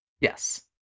Yes